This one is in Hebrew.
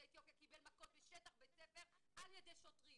אתיופיה קיבל מכות בשטח בית ספר על ידי שוטרים.